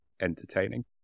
entertaining